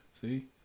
See